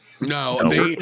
no